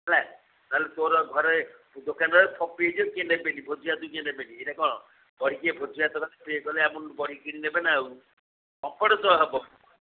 ହେଲା ନହେଲେ ତୋର ଘରେ ଦୋକାନରେ ଫିମ୍ପି ହୋଇଯିବ କିଏ ନେବେନି ଭୋଜିଭାତକୁ କିଏ ନେବେନି ଏଇରା କ'ଣ ବଡ଼ି କିଏ ଭୋଜିଭାତ କଲେ ଇଏ କଲେ ଆମଠୁ ବଢ଼ି କିଣି ନେବେ ନା ଆଉ ଆକ୍ଡ଼ ତ ହେବ